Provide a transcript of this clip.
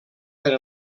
per